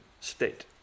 state